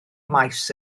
maes